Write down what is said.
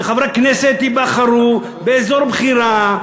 שחברי כנסת ייבחרו באזור בחירה,